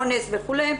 אונס וכולי,